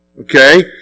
Okay